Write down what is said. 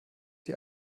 die